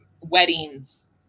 weddings